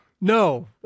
No